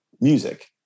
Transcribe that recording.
music